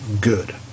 good